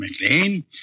McLean